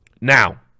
Now